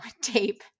tape